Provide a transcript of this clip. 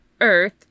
Earth